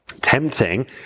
Tempting